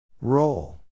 Roll